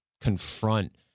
confront